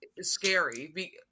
Scary